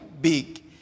big